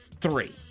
three